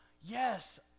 Yes